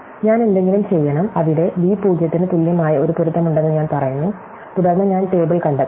ഞാൻ എന്തെങ്കിലും ചെയ്യണം അവിടെ ബി 0 ന് തുല്യമായ ഒരു പൊരുത്തമുണ്ടെന്ന് ഞാൻ പറയുന്നു തുടർന്ന് ഞാൻ ടേബിൾ കണ്ടെത്തണം